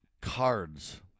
cards